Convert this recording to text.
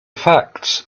facts